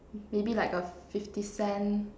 maybe like a fifty cent